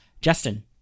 Justin